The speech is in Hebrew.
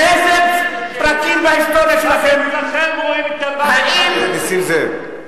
חבר הכנסת נסים זאב,